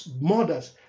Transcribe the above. mothers